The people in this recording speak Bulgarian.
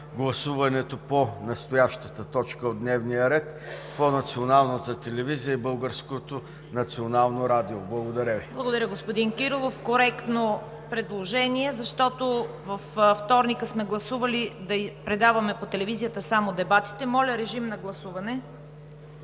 гласуването по настоящата точка от дневния ред по Националната телевизия и Българското национално радио. Благодаря Ви. ПРЕДСЕДАТЕЛ ЦВЕТА КАРАЯНЧЕВА: Благодаря, господин Кирилов. Коректно предложение, защото във вторник сме гласували да предаваме по телевизията само дебатите. Моля, гласувайте.